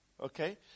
Okay